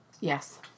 yes